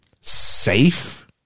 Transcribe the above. safe